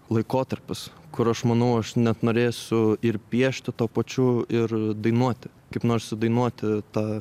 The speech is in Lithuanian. laikotarpis kur aš manau aš net norėsiu ir piešti tuo pačiu ir dainuoti kaip nors sudainuoti tą